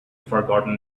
forgotten